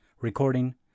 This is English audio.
Recording